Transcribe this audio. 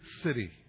city